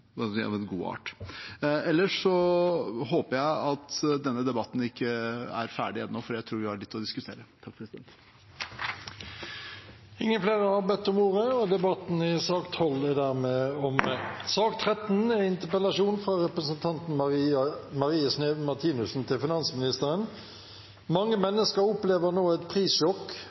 god art. Elles håper jeg denne debatten ikke er ferdig ennå, for jeg tror vi har litt å diskutere. Flere har ikke bedt om ordet til sak nr. 12. Prissjokket er ikke lenger noen nyhet. Det har for lengst gjort seg bemerket i folks lommebøker, og mange